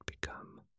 become